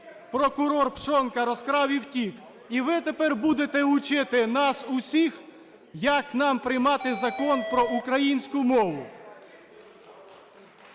Прокурор Пшонка розкрав і втік. І ви тепер будете учити нас усіх, як нам приймати Закон про українську мову.